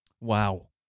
Wow